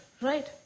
right